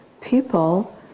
people